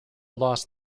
lost